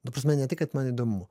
ta prasme ne tai kad man įdomu